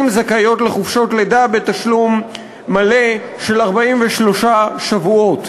זכאיות לחופשות לידה בתשלום מלא של 43 שבועות.